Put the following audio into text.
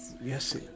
Yes